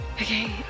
Okay